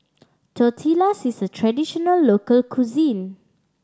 tortillas is a traditional local cuisine